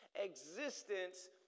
existence